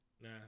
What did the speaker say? nah